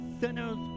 sinner's